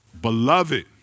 Beloved